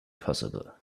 possible